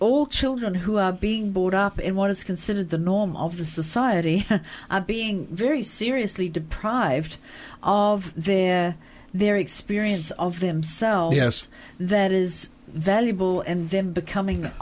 all children who are being boarded up in what is considered the norm of the society being very seriously deprived of their their experience of themselves yes that is valuable and then becoming